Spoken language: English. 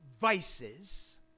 vices